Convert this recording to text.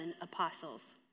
apostles